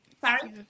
Sorry